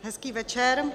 Hezký večer.